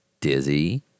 Dizzy